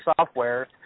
software